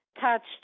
touched